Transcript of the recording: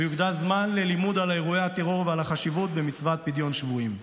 ויוקדש זמן ללימוד על אירועי הטרור ועל החשיבות במצוות פדיון שבויים.